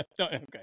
Okay